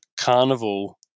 Carnival